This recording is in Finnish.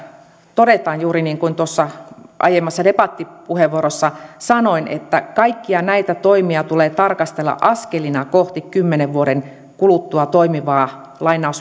todetaan juuri niin kuin tuossa aiemmassa debattipuheenvuorossa sanoin että kaikkia näitä toimia tulee tarkastella askelina kohti kymmenen vuoden kuluttua toimivaa